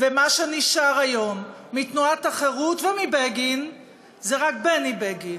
ומה שנשאר היום מתנועת החרות ומבגין זה רק בני בגין.